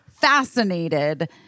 fascinated